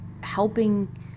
helping